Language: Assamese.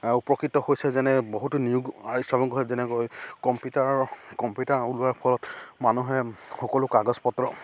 উপকৃত হৈছে যেনে বহুতো নিয়োগ যেনেকৈ কম্পিউটাৰ কম্পিউটাৰ ওলোৱাৰ ফলত মানুহে সকলো কাগজ পত্ৰ